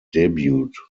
debut